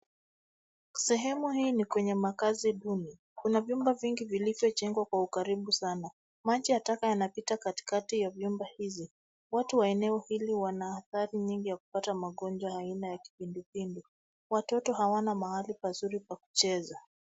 Sehemu hii ni kwenye makaazi duni kuna vyombo vingi vilivyojengwa kwa ukaribu sana maji ya taka yanapita karibu kati kati ya vyumba hizi watu wa eneo hili wana adhari ya kupata magonjwa aina ya kipindu pindu watoto hawana mahali pazuri pa kucheza.